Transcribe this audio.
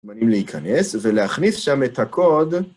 בנים להיכנס ולהכניס שם את הקוד.